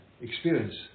experience